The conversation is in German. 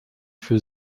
für